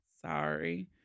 sorry